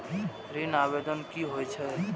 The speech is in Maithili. ऋण आवेदन की होय छै?